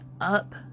up